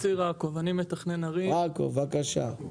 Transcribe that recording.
ראקוב בבקשה.